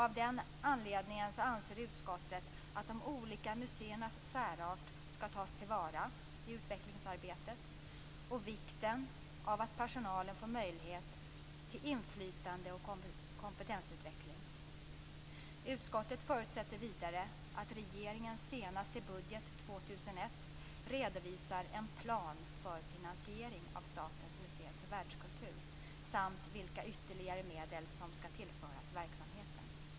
Av den anledningen anser utskottet att de olika museernas särart skall tas till vara i utvecklingsarbetet, och det är viktigt att personalen får möjlighet till inflytande och kompetensutveckling. Utskottet förutsätter vidare att regeringen senast i budgeten 2001 redovisar en plan för finansiering av Statens museer för världskultur samt vilka ytterligare medel som skall tillföras verksamheten.